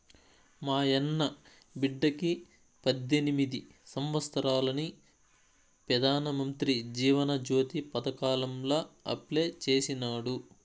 మాయన్న బిడ్డకి పద్దెనిమిది సంవత్సారాలని పెదానమంత్రి జీవన జ్యోతి పదకాంల అప్లై చేసినాడు